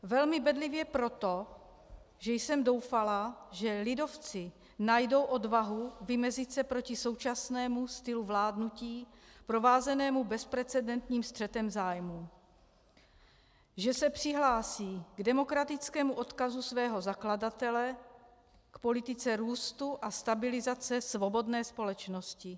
Velmi bedlivě proto, že jsem doufala, že lidovci najdou odvahu vymezit se proti současnému stylu vládnutí provázenému bezprecedentním střetem zájmů, že se přihlásí k demokratickému odkazu svého zakladatele, k politice růstu a stabilizace svobodné společnosti.